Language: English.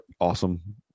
awesome